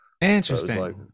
interesting